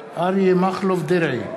אריה מכלוף דרעי,